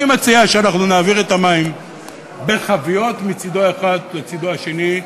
אני מציע שאנחנו נעביר את המים בחביות מצדו האחד לצדו השני,